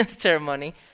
ceremony